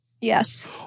Yes